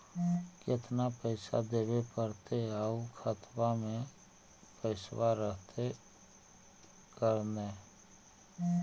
केतना पैसा देबे पड़तै आउ खातबा में पैसबा रहतै करने?